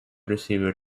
receiver